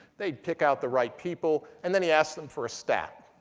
they pick out the right people. and then he asked them for a stack.